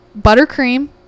buttercream